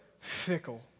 fickle